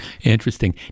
interesting